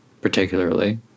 particularly